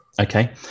Okay